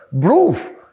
proof